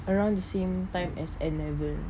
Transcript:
around the same time as A level